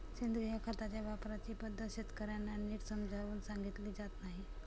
सेंद्रिय खताच्या वापराची पद्धत शेतकर्यांना नीट समजावून सांगितली जात नाही